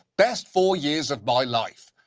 best four years of my life.